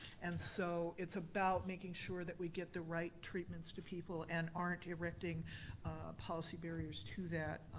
and so it's about making sure that we get the right treatments to people and aren't erecting policy barriers to that.